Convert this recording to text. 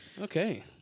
Okay